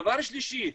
דבר שלישי,